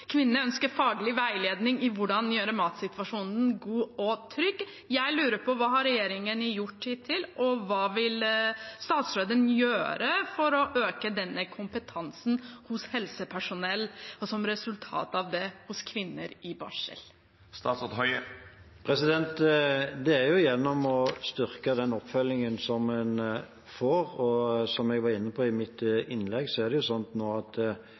Kvinnene ønsker faglig veiledning i hvordan de skal gjøre matsituasjonen god og trygg. Jeg lurer på hva regjeringen har gjort hittil, hva statsråden vil gjøre for å øke denne kompetansen hos helsepersonell, og hva resultatet av det blir for kvinner i barsel. Det skjer gjennom å styrke den oppfølgingen som en får. Som jeg var inne på i mitt innlegg, er det slik nå at